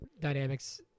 dynamics